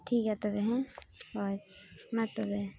ᱴᱷᱤᱠ ᱜᱮᱭᱟ ᱛᱚᱵᱮ ᱦᱮᱸ ᱦᱳᱭ ᱢᱟ ᱛᱚᱵᱮ